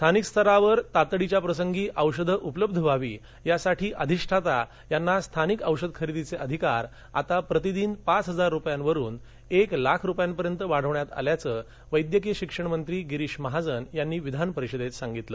स्थानिक स्तरावर तातडीच्या प्रसंगी औषधे उपलब्ध व्हावी यासाठी अधिष्ठाता यांना स्थानिक औषध खरेदीचे अधिकार आता प्रति दिन पाच हजार रुपयांवरून एक लाख रुपयेपर्यंत वाढवण्यात आल्याचं वैद्यकीय शिक्षणमंत्री गिरीष महाजन यांनी विधानपरिषदेत सांगितले